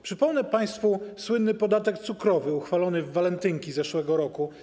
Przypomnę państwu słynny podatek cukrowy uchwalony w walentynki zeszłego roku.